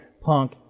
Punk